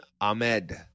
Ahmed